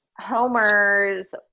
Homer's